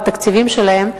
בתקציבים שלהם,